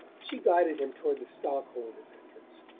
but she guided him toward the stockholders' entrance,